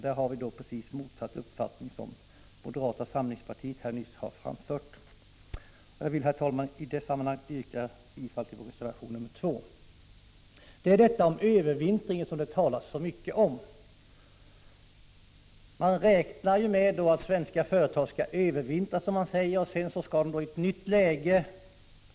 Där har vi precis motsatt uppfattning mot den som moderata samlingspartiet nyss har framfört. Jag vill, herr talman, i det sammanhanget yrka bifall till reservation 2. Man räknar med att svenska företag skall, som man säger, övervintra i väntan på ett nytt läge.